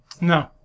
No